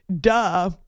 Duh